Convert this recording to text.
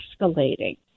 escalating